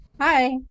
Hi